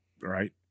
Right